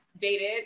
dated